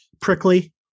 prickly